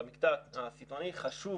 במקטע הסיטונאי חשוב